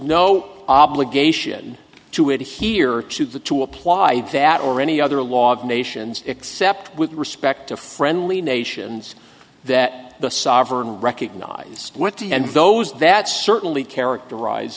no obligation to it here or to the to apply that or any other log nations except with respect to friendly nations that the sovereign recognized what did and those that certainly characterize